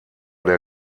der